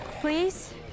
Please